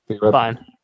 Fine